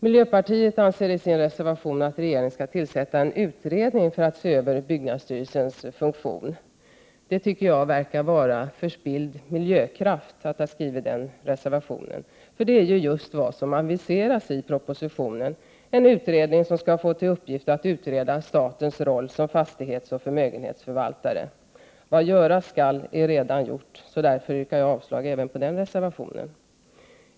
Miljöpartiet anser i sin reservation att regeringen skall tillsätta en utredning för att se över byggnadsstyrelsens funktion. Det tycker jag verkar vara förspilld miljökraft, att ha skrivit den reservationen. Det är nämligen just vad som aviseras i propositionen — en utredning som skall få till uppgift att utreda statens roll som fastighetsoch förmögenhetsförvaltare. Vad göras skall är redan gjort. Därför yrkar jag avslag även på den reservationen.